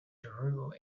drew